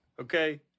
Okay